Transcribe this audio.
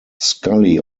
scully